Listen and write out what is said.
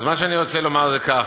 אז מה שאני רוצה לומר זה כך: